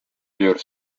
pure